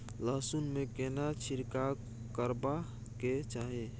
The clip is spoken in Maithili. लहसुन में केना छिरकाव करबा के चाही?